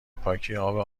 پاکی، اب